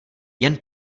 jen